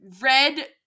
red